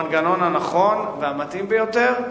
הוא המנגנון הנכון והמתאים ביותר,